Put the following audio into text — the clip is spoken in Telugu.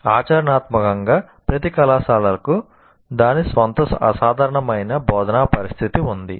ఆచరణాత్మకంగా ప్రతి కళాశాలకు దాని స్వంత అసాధారణమైన బోధనా పరిస్థితి ఉంది